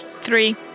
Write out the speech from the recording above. three